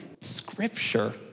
scripture